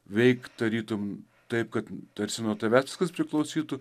veikt tarytum taip kad tarsi nuo tavęs viskas priklausytų